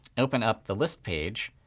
open up the list page.